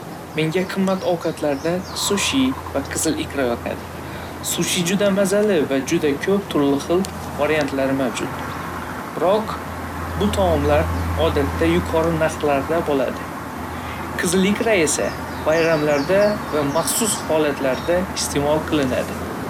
﻿Menga qimmat ovqatlardan sushi va qizil ikra yoqadi. Sushi juda mazali va juda ko'p turli xil variantlari mavjud. Biroq, bu taomlar odatda yuqori narxlarda bo'ladi. Qizil ikra esa bayramlarda va maxsus holatlarda isteʼmol qilinadi.